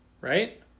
right